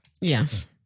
Yes